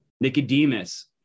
Nicodemus